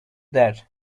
that